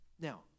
Now